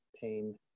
pain